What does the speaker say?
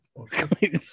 Okay